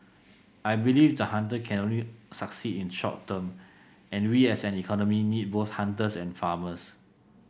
I believe the hunter can only succeed in short term and we as an economy need both hunters and farmers